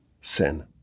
sin